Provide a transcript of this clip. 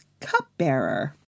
cupbearer